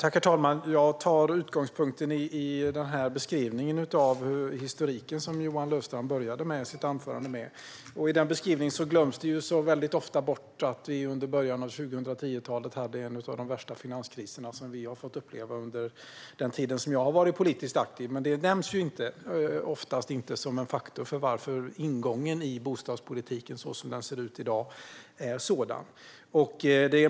Herr talman! Jag tar min utgångspunkt i beskrivningen av historiken som Johan Löfstrand började sitt anförande med. I beskrivningen glömdes det, som så ofta, att vi under början av 2010-talet hade en av de värsta finanskriser som vi har fått uppleva under den tid som jag har varit politiskt aktiv. Men det nämns oftast inte som en faktor för att bostadspolitiken, så som den ser ut i dag, är sådan.